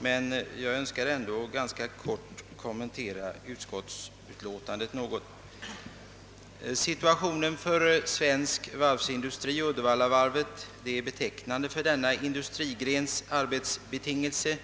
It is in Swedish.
Jag vill dock helt kort något kommentera utskottets utlåtande. Situationen för svensk varvsindustri och för Uddevallavarvet är betecknande för denna industrigrens arbetsbetingelser.